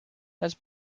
has